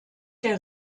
der